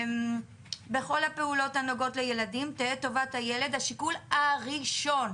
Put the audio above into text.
"...בכל הפעולות הנוגע לילדים תהא טובת הילד השיקול הראשון...",